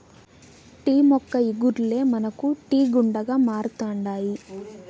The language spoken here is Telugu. టీ మొక్క ఇగుర్లే మనకు టీ గుండగా మారుతండాయి